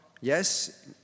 Yes